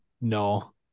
No